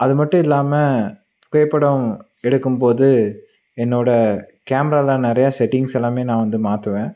அது மட்டும் இல்லாமல் புகைப்படம் எடுக்கும்போது என்னோடய கேமராவில் நிறையா செட்டிங்ஸ் எல்லாமே நான் வந்து மாற்றுவேன்